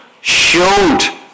showed